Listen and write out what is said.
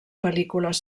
pel·lícules